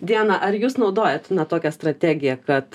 diana ar jūs naudojat na tokią strategiją kad